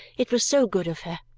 it was so good of her,